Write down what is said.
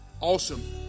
awesome